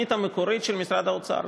מהתוכנית המקורית של משרד האוצר.